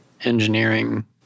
engineering